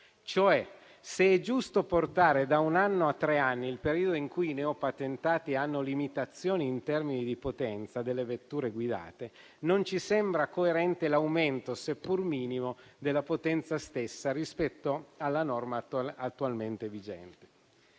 Se è giusto portare da un anno a tre anni il periodo in cui i neopatentati hanno limitazioni in termini di potenza delle vetture guidate, non ci sembra coerente l'aumento, seppur minimo, della potenza stessa rispetto alla norma attualmente vigente.